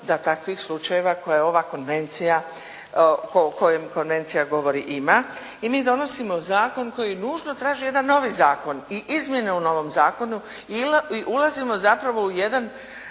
da takvih slučajeva o kojem konvencija govori ima i mi donosimo zakon koji nužno traži jedan novi zakon i izmjene u novom zakonu i ulazimo zapravo u jedan